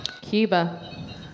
Cuba